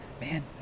Man